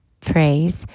phrase